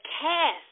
cast